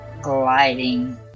gliding